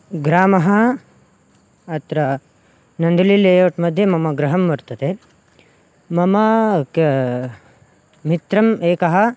ग्रामः अत्र नन्दुली ले ओट्मध्ये मम गृहं वर्तते मम क मित्रः एकः